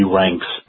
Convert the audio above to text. ranks